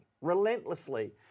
relentlessly